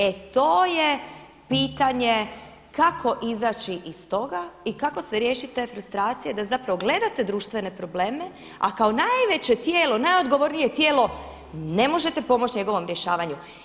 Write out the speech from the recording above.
E to je pitanje kako izaći iz toga i kako se riješit te frustracije da zapravo gledate društvene probleme, a kao najveće tijelo, najodgovornije tijelo ne možete pomoći njegovom rješavanju.